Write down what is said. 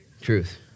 truth